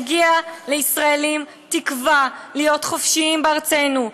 מגיעה לישראלים התקווה להיות חופשיים בארצנו,